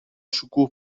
شکوه